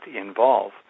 involve